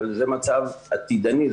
אבל זה מצב עתידני,